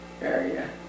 area